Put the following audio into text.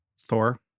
Thor